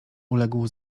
uległ